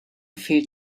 fehlt